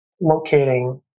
locating